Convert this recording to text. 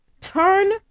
turn